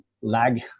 lag